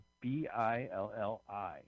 B-I-L-L-I